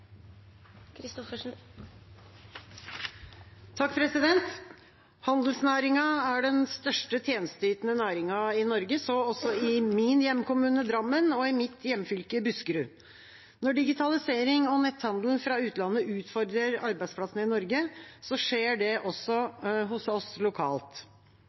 den største tjenesteytende næringen i Norge, så også i min hjemkommune, Drammen, og i mitt hjemfylke, Buskerud. Når digitalisering og netthandel fra utlandet utfordrer arbeidsplassene i Norge, skjer det også hos oss lokalt.